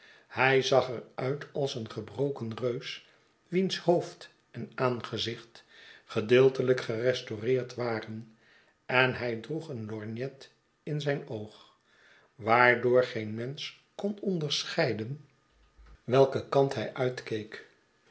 hij zag er uit als een gebroken reus wiens hoofd en aangezicht gedeeltelijk gerestaureerd waren en hij droeg een lorgnet in zijn oog waardoor geen mensch kon onderscheiden welken kant hij uitkeek